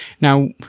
Now